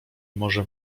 może